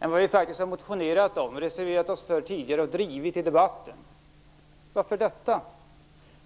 Vallstödet har vi faktiskt motionerat om och tidigare reservat oss för och drivit i debatten. Varför detta?